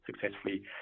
successfully